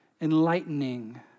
enlightening